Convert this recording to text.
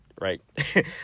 right